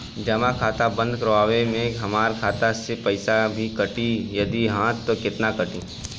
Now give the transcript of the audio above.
जमा खाता बंद करवावे मे हमरा खाता से पईसा भी कटी यदि हा त केतना कटी?